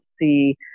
see